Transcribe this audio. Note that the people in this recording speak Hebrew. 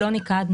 לא,